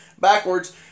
backwards